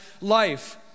life